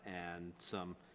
and some.